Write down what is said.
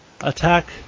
attack